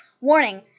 warning